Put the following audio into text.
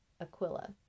Aquila